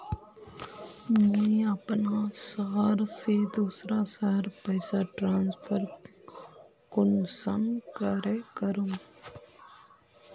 मुई अपना शहर से दूसरा शहर पैसा ट्रांसफर कुंसम करे करूम?